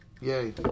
Yay